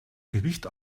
gewicht